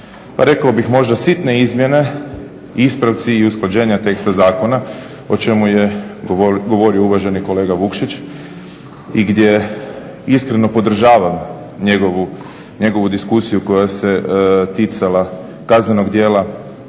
rekao bih možda sitne izmjene, ispravci i usklađenja teksta zakona o čemu je govorio uvaženi kolega Vukšić i gdje iskreno podržavam njegovu diskusiju koja se ticala kaznenog dijela